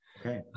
okay